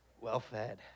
Well-fed